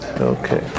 Okay